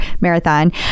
Marathon